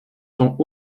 sont